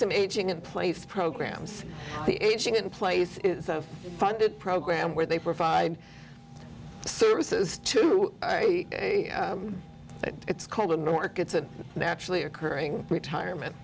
some aging in place programs the aging in place is funded program where they provide services to that it's called in new york it's a naturally occurring retirement